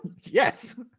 Yes